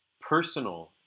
personal